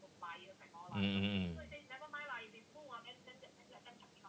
mm mm mm